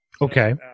Okay